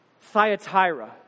Thyatira